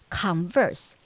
converse